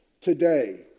today